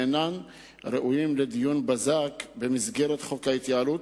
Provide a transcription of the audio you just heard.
אינם ראויים לדיון בזק במסגרת חוק ההתייעלות,